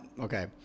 okay